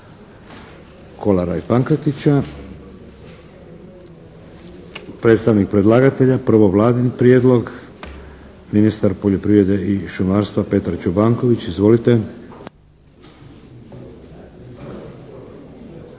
Kolara i Pankretića. Predstavnik predlagatelja. Prvo Vladin prijedlog. Ministar poljoprivrede i šumarstva Petar Čobanković. Izvolite.